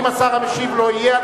אם השר המשיב לא יהיה,